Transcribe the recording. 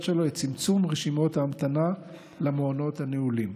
שלו את צמצום רשימות ההמתנה למעונות הנעולים.